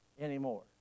anymore